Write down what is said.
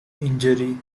injury